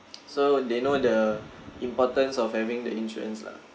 so they know the importance of having the insurance lah